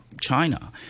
china